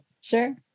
sure